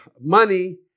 Money